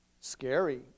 scary